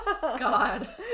God